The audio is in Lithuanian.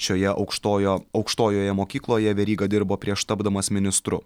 šioje aukštojo aukštojoje mokykloje veryga dirbo prieš tapdamas ministru